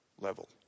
level